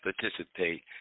participate